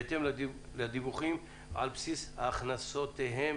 בהתאם לדיווחים על בסיס הכנסותיהם.